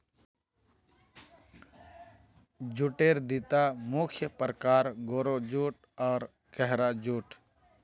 जूटेर दिता मुख्य प्रकार, गोरो जूट आर गहरा जूट